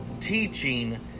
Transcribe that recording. teaching